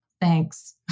Thanks